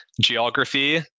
geography